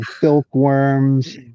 silkworms